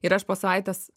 ir aš po savaitės